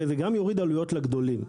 זה גם יוריד עלויות לגדולים.